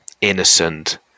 innocent